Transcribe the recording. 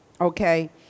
okay